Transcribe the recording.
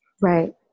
Right